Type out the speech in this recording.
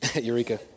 Eureka